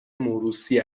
موروثی